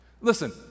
Listen